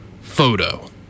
photo